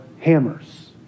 hammers